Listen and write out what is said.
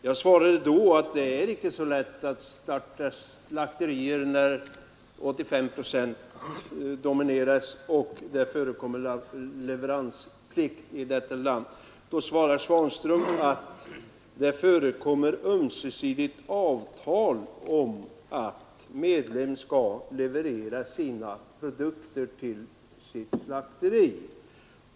Jag svarade då att det inte är så lätt att starta slakterier när 85 procent av slakten domineras och det förekommer leveransplikt. Då svarar herr Svanström att det förekommer ömsesidiga avtal om att medlem skall leverera sina produkter till sitt slakteri.